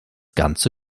ganze